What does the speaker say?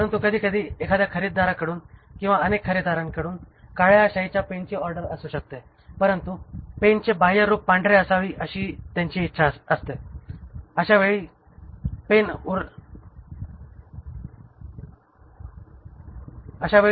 परंतु कधीकधी एखाद्या खरेदीदाराकडून किंवा अनेक खरेदीदारांकडून काळ्या शाईच्या पेनची ऑर्डर असू शकते परंतु पेनचे बाह्यरूप पांढरे असावे अशी आमची इच्छा आहे अशा वेळी पेन उरलाच पाहिजे